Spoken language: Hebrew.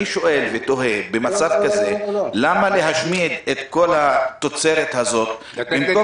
אני שואל ותוהה: במצב כזה למה להשמיד את כל התוצרת הזאת במקום